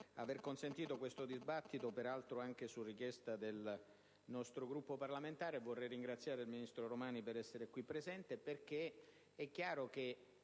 aver consentito questo dibattito, peraltro anche su richiesta del nostro Gruppo parlamentare, e vorrei ringraziare il ministro Romani per essere presente. É chiaro che